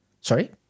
Sorry